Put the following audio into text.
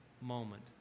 moment